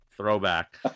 Throwback